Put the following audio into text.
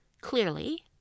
clearly